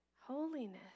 Holiness